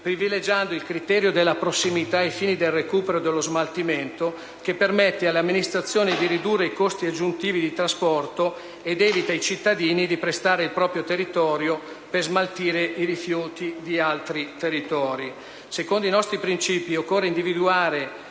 privilegiando il criterio della prossimità ai fini del recupero e dello smaltimento, che permette alle amministrazioni di ridurre i costi aggiuntivi di trasporto ed evita ai cittadini di prestare il proprio territorio per smaltire i rifiuti di altri territori; l'eccellenza raggiunta dai comuni del